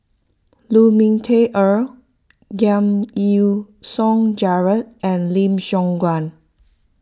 Lu Ming Teh Earl Giam Yean Song Gerald and Lim Siong Guan